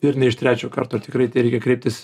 ir ne iš trečio karto tikrai reikia kreiptis